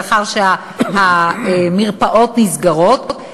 לאחר שהמרפאות נסגרות,